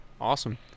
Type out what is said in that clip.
Awesome